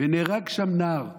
ונהרג שם נער.